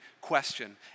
question